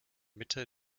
mitte